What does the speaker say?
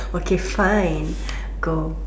okay fine go